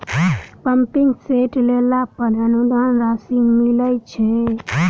Pumping set लेला पर अनुदान राशि मिलय छैय?